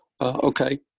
Okay